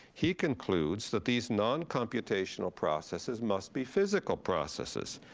he concludes that these non-computational processes must be physical processes.